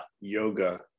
yoga